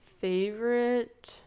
Favorite